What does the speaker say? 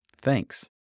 thanks